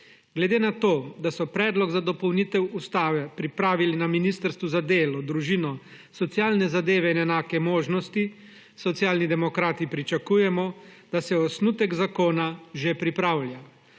Glede na to, da so predlog za dopolnitev ustave pripravili na Ministrstvu za delo, družino, socialne zadeve in enake možnosti, Socialni demokrati pričakujemo, da se osnutek zakona že pripravlja.